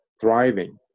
thriving